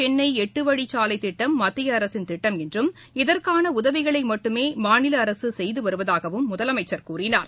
சென்னைட்டுவழிச்சாலைத் திட்டம் மத்தியஅரசின் திட்டம் சேலம் என்றம் இதற்கானஉதவிகளைமட்டுமேமாநிலஅரசுசெய்துவருவதாகவும் முதலமைச்சர் கூறினார்